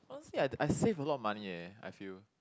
honestly I I save a lot of money eh I feel